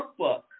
workbook